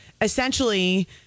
Essentially